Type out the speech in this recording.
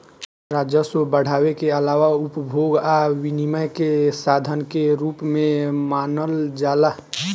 राजस्व बढ़ावे के आलावा उपभोग आ विनियम के साधन के रूप में मानल जाला